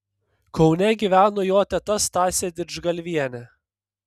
kaune gyveno jo teta stasė didžgalvienė